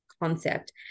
concept